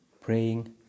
praying